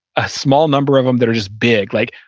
a small number of them that are just big. like,